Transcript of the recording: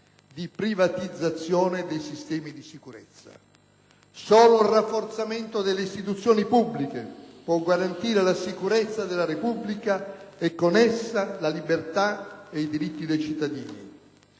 di "privatizzazione" dei sistemi di sicurezza. Solo il rafforzamento delle istituzioni pubbliche può garantire la sicurezza della Repubblica e, con essa, la libertà e i diritti dei cittadini.